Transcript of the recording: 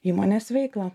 įmonės veiklą